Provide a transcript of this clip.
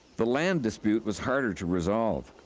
the land dispute was harder to resolve.